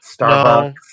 Starbucks